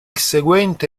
seguente